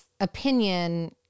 opinion